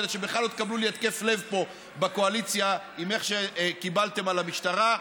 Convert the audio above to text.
כדי שבכלל לא תקבלו לי התקף לב פה בקואליציה עם איך שקיבלתם על המשטרה.